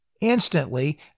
Instantly